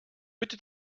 bitte